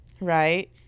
Right